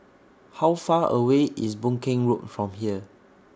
How Far away IS Boon Keng Road from here